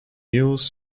mules